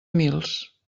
mils